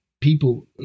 people